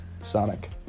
sonic